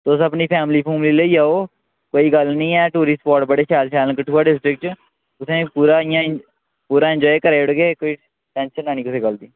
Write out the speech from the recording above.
तुस अपनी फैमिली फूमली लेइयै आओ कोई गल्ल निं ऐ टूरिस्ट स्पाट बड़े शैल शैल न कठुआ डिस्ट्रिक्ट च तुसेंई पूरा इ'यां पूरा एंजाय कराई ओड़गे कोई टैंशन निं लैनी कुसै गल्ल दी